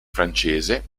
francese